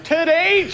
Today